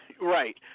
Right